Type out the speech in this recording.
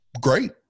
great